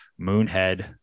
Moonhead